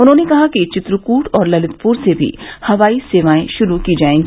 उन्होंने कहा कि चित्रकूट और ललितपुर से भी हवाई सेवा शुरू की जाएगी